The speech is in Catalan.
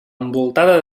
envoltada